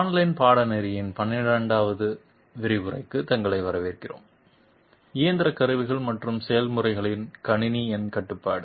online பாடநெறியின் 12 வது விரிவுரைக்கு தங்களை வரவேற்கிறோம் இயந்திர கருவிகள் மற்றும் செயல்முறைகளின் கணினி எண் கட்டுப்பாடு